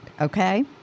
Okay